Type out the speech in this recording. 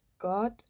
God